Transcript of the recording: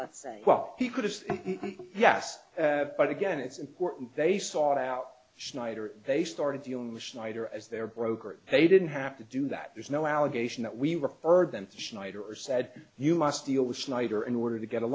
might say well he could have yes but again it's important they sought out schneider they started dealing with schneider as their broker they didn't have to do that there's no allegation that we referred them to schneider or said you must deal with snyder in order to get a